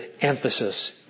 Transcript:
emphasis